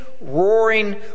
roaring